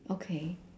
okay